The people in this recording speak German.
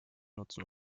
nutzen